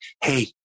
hey